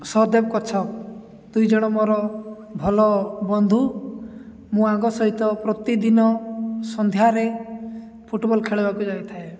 ସହଦେବ କଛ ଦୁଇ ଜଣ ମୋର ଭଲ ବନ୍ଧୁ ମୁଁ ଆଗ ସହିତ ପ୍ରତିଦିନ ସନ୍ଧ୍ୟାରେ ଫୁଟବଲ୍ ଖେଳିବାକୁ ଯାଇଥାଏ